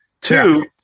Two